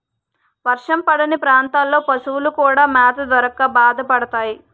వర్షం పడని ప్రాంతాల్లో పశువులు కూడా మేత దొరక్క బాధపడతాయి